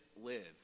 live